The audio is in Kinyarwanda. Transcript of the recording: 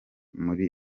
muri